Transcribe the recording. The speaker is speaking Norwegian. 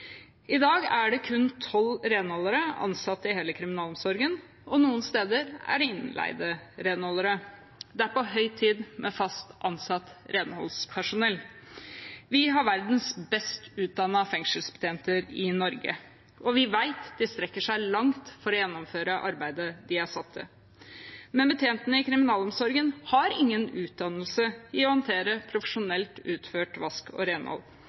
I dag er det kun tolv renholdere ansatt i hele kriminalomsorgen, og noen steder er det innleide renholdere. Det er på høy tid med fast ansatt renholdspersonell. Vi har verdens best utdannede fengselsbetjenter i Norge, og vi vet at de strekker seg langt for å gjennomføre arbeidet de er satt til å gjøre. Men betjentene i kriminalomsorgen har ingen utdannelse i å håndtere profesjonelt utført vask og renhold.